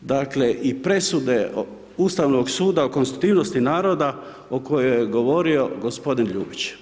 dakle i presude ustavnog suda ko konstitutivnosti naroda o kojoj je govorio g. Ljubić.